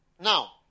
Now